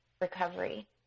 recovery